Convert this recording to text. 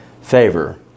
favor